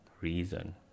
reason